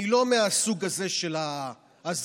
אני לא מהסוג הזה של ההזיות,